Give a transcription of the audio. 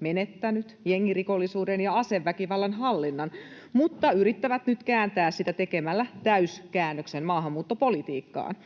menettänyt jengirikollisuuden ja aseväkivallan hallinnan, mutta yrittää nyt kääntää sitä tekemällä täyskäännöksen maahanmuuttopolitiikkaan.